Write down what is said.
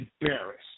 embarrassed